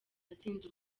atsinda